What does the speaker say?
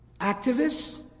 activists